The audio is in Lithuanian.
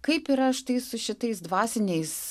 kaip yra štai tai su šitais dvasiniais